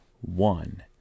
one